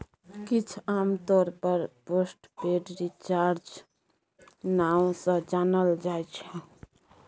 किछ आमतौर पर पोस्ट पेड रिचार्ज नाओ सँ जानल जाइ छै